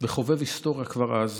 וחובב היסטוריה כבר אז